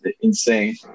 insane